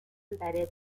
embedded